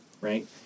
right